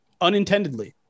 unintendedly